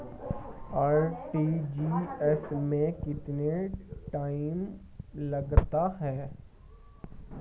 RTGS में कितना time लग जाएगा?